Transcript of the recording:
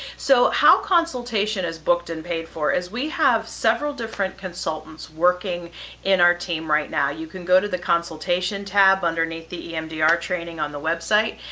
so how consultation is booked and paid for is we have several different consultants working in our team right now. you can go to the consultation tab underneath the emdr training on the website,